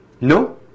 No